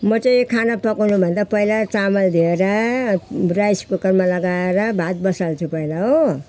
म चाहिँ खाना पकाउनु भन्दा पहिला चामल धोएर राइस कुकरमा लगाएर भात बसाल्छु पहिला हो